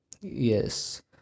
yes